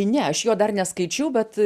ne aš jo dar neskaičiau bet